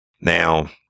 Now